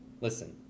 Listen